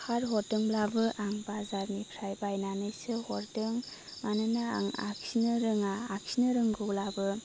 card हरदोंब्लाबो आं बाजारनिफ्राय बायनानैसो हरदों मानोना आं आखिनो रोङा आखिनो रोंगौब्लाबो